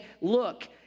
look